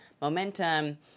momentum